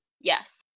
Yes